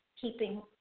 keeping